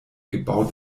gebaut